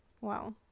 Wow